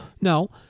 no